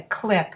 clip